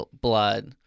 blood